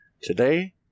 today